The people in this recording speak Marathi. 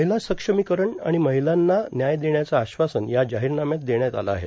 महिला सक्षमीकरण आणि महिलांना न्याय देण्याचं आश्वासन या जाहीरनाम्यात देण्यात आलं आहे